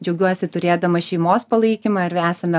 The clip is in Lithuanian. džiaugiuosi turėdama šeimos palaikymą ir esame